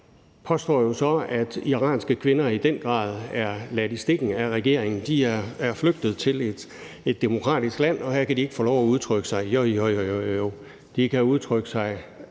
jo påstår, at iranske kvinder i den grad er ladt i stikken af regeringen. De er flygtet til et demokratisk land, og så påstås det, at de ikke kan få lov at udtrykke sig her. Jo jo, de kan udtrykke sig